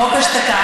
חוק השתקה.